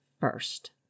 first